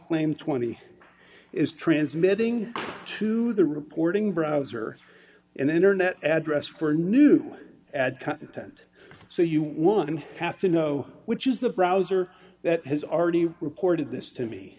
claim twenty is transmitting to the reporting browser and internet address for new add content so you wouldn't have to know which is the browser that has already reported this to me